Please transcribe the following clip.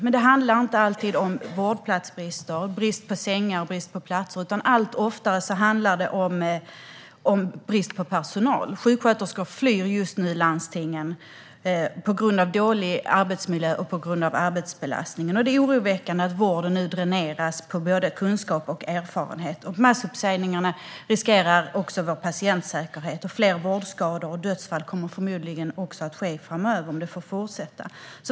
Men det handlar inte alltid om vårdplatsbrist, brist på sängar och brist på platser, utan allt oftare handlar det om brist på personal. Sjuksköterskor flyr just nu landstingen på grund av dålig arbetsmiljö och på grund av arbetsbelastningen. Det är oroväckande att vården nu dräneras på både kunskap och erfarenhet. Massuppsägningarna riskerar vår patientsäkerhet, och fler vårdskador och dödsfall kommer förmodligen att ske framöver om detta får fortsätta.